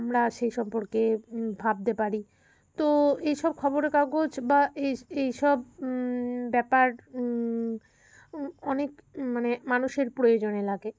আমরা সেই সম্পর্কে ভাবতে পারি তো এইসব খবরের কাগজ বা এই এইসব ব্যাপার অনেক মানে মানুষের প্রয়োজনে লাগে